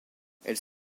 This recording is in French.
elles